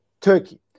Turkey